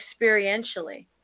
experientially